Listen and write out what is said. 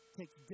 takes